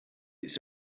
its